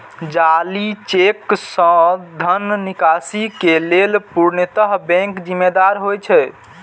जाली चेक सं धन निकासी के लेल पूर्णतः बैंक जिम्मेदार होइ छै